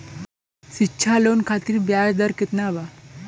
शिक्षा लोन खातिर ब्याज दर केतना बा?